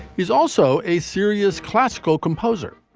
he's also a serious classical composer.